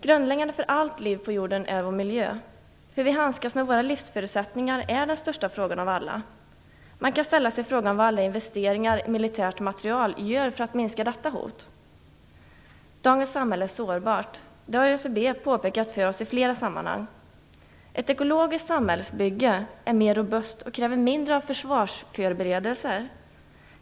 Grundläggande för allt liv på jorden är vår miljö. Frågan om hur vi handskas med våra livsförutsättningar är den största av alla. Man kan ställa sig frågan vad alla investeringar i militärt materiel innebär för våra möjligheter att minska detta hot. Dagens samhälle är sårbart. Det har ÖCB påpekat för oss i flera sammanhang. Ett ekologiskt samhällsbygge är mer robust och kräver mindre av försvarsförberedelser.